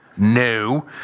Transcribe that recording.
No